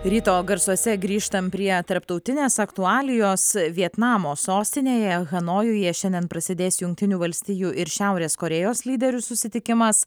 ryto garsuose grįžtam prie tarptautinės aktualijos vietnamo sostinėje hanojuje šiandien prasidės jungtinių valstijų ir šiaurės korėjos lyderių susitikimas